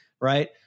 right